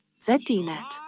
ZDNet